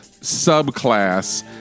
subclass